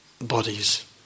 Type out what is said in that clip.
bodies